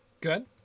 good